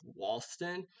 Walston